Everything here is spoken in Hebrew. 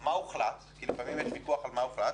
מה הוחלט כי לפעמים יש ויכוח על מה שהוחלט,